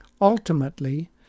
Ultimately